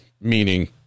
meaning